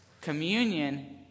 Communion